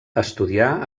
estudià